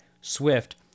Swift